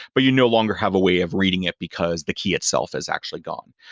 but you no longer have a way of reading it because the key itself is actually gone.